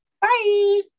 Bye